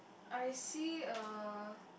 I see a